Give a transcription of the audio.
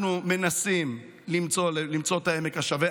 אנחנו מנסים למצוא את עמק השווה.